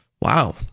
Wow